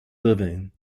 living